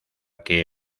que